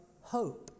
hope